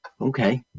okay